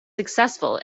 successful